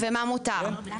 ומה מותר.